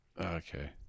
Okay